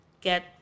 get